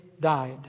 died